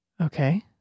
Okay